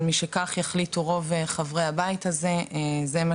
אבל משכך החליטו רוב חברי הבית הזה זה מה